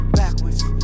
backwards